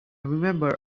remember